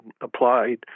applied